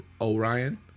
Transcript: Orion